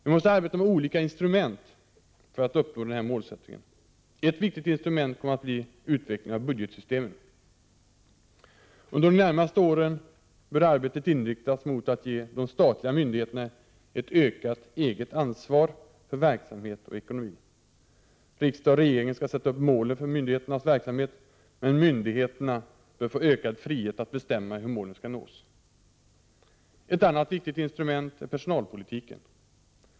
Vi måste arbeta med olika instrument för att uppnå denna målsättning. Ett viktigt instrument kommer att bli utvecklingen av budgetsystemet. Under de närmaste åren bör arbetet inriktas mot att ge de statliga myndigheterna ett ökat eget ansvar för verksamhet och ekonomi. Riksdag och regering skall sätta upp målen för myndigheternas verksamhet, men myndigheterna bör få ökad frihet att bestämma hur målen skall uppnås. Ett annat viktigt instrument är personalpolitiken.